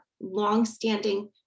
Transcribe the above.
longstanding